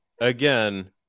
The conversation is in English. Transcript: again